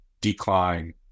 decline